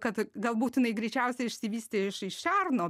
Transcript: kad dėl būtinai greičiausiai išsivystė iš šerno